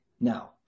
now